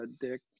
Dick